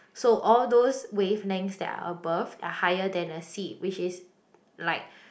so all those wave lengths that are above are higher than a C which is like